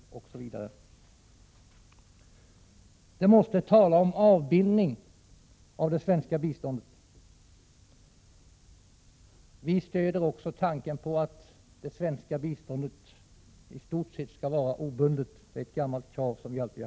En annan uppgift för utredningen är att ta upp frågan om avbindning av det svenska biståndet. Vpk stöder tanken på att det svenska biståndet i stort sett skall vara obundet. Det är ett gammalt vpk-krav.